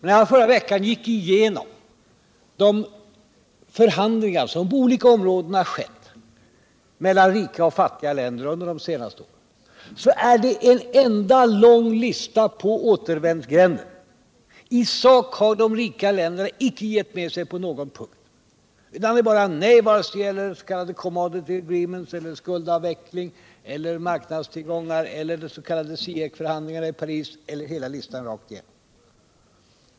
När jag i förra veckan gick igenom de förhandlingar som skett på olika områden mellan rika och fattiga länder under de senaste åren fann jag att det är en enda lång lista på återvändsgränder. I sak har de rika länderna inte gett med sig på någon punkt. Det är bara nej, vare sig det gäller s.k. commanded agreements eller skuldavveckling, marknadstillgångar eller de s.k. Ciecförhandlingarna i Paris — ja, hela listan rakt igenom.